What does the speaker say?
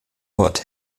wort